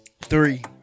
three